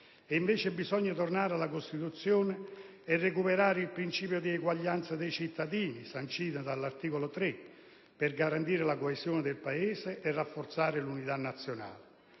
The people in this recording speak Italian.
invece bisogna tornare alla Costituzione e recuperare il principio di uguaglianza dei cittadini, sancito dall'articolo 3, per garantire la coesione del Paese e rafforzare l'unità nazionale.